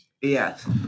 Yes